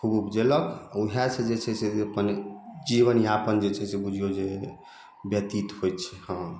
खूब उपजेलक आओर वएहसे जे छै से अपन जीवनयापन जे छै से बुझिऔ जे व्यतीत होइ छै हँ